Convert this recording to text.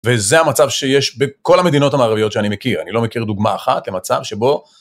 וזה המצב שיש בכל המדינות המערביות שאני מכיר. אני לא מכיר דוגמה אחת למצב שבו...